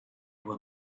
were